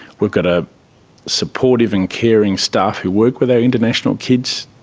we've got a supportive and caring staff who work with our international kids.